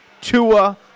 tua